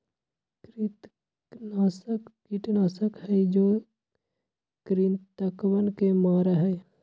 कृंतकनाशक कीटनाशक हई जो कृन्तकवन के मारा हई